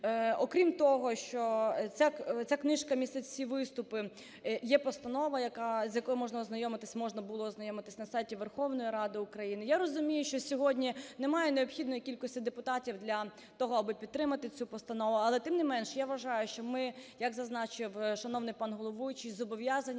Окрім того, що ця книжка містить всі виступи, є постанова, яка, з якою можна ознайомитись, можна було ознайомитись на сайті Верховної Ради України. Я розумію, що сьогодні немає необхідної кількості депутатів для того, аби підтримати цю постанову. Але, тим не менш, я вважаю, що ми, як зазначив шановний пан головуючий, зобов'язані